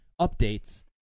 updates